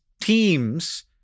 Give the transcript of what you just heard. teams